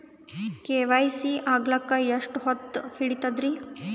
KYC ಆಗಲಕ್ಕ ಎಷ್ಟ ಹೊತ್ತ ಹಿಡತದ್ರಿ?